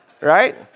right